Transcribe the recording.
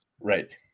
right